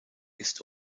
ist